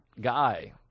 guy